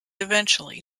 eventually